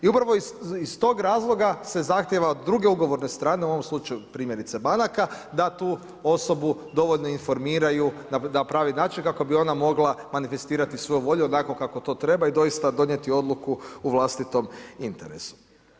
I upravo iz tog razloga se zahtjeva od druge ugovorne strane u ovom slučaju primjerice banaka da tu osobu dovoljno informiraju na pravi način kako bi ona mogla manifestirati svoju volju onako kako to treba i doista donijeti odluku u vlastitom interesu.